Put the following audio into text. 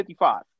55